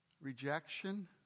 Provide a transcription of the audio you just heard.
rejection